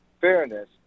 fairness